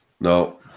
No